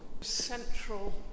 central